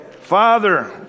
Father